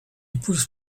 pousse